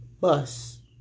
bus